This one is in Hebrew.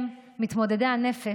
הם, מתמודדי הנפש,